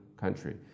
country